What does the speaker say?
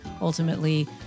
ultimately